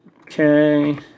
Okay